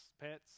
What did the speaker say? pets